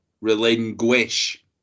relinquish